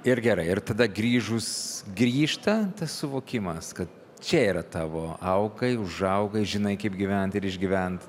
ir gerai ir tada grįžus grįžta tas suvokimas kad čia yra tavo aukai užaugai žinai kaip gyvent ir išgyvent